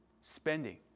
spending